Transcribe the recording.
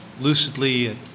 lucidly